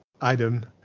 item